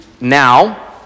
now